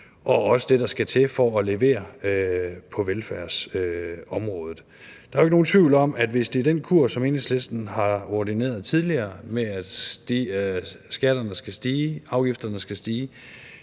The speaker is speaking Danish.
og også det, der skal til, for at levere på velfærdsområdet. Der er jo ikke nogen tvivl om, at det, hvis det er den kurs, som Enhedslisten tidligere har ordineret – i forhold til at skatterne skal stige,